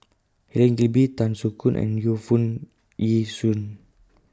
Helen Gilbey Tan Soo Khoon and Yu Foo Yee Shoon